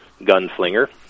gunslinger